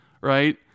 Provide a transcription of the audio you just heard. right